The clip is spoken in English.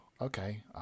okay